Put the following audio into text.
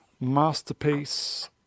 Masterpiece